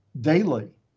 daily